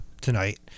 tonight